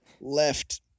Left